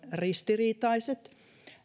ristiriitaiset